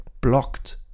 blocked